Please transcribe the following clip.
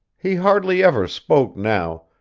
he hardly ever spoke now,